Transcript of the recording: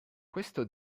questo